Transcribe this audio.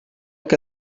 que